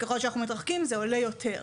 ככל שאנחנו מתרחקים זה עולה יותר.